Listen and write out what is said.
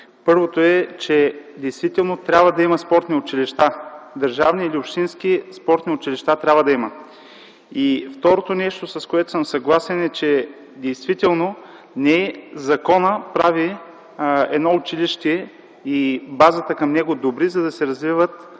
Първото е, че действително трябва да има спортни училища. Държавни или общински, спортни училища трябва да има. Второто нещо, с което съм съгласен, е, че не законът прави едно училище и базата към него добри, за да израстват